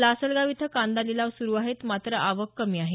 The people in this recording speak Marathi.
लासलगाव इथं कांदा लिलाव सुरु आहेत मात्र आवक कमी आहे